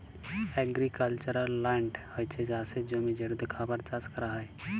agricultural land হছে চাষের জমি যেটতে খাবার চাষ ক্যরা হ্যয়